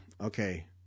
okay